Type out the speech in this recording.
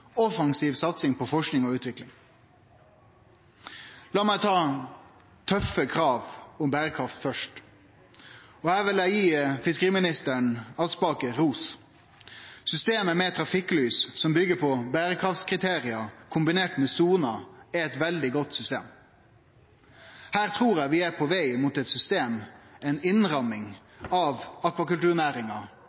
Offensiv satsing på forsking og utvikling. Lat meg ta tøffe krav og berekraft først. Her vil eg gje fiskeriminister Aspaker ros. Systemet med trafikklys, som byggjer på berekraftskriterium kombinert med soner, er eit veldig godt system. Her trur eg vi er på veg mot eit system, ei innramming av akvakulturnæringa,